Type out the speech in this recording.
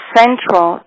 central